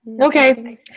Okay